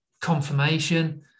confirmation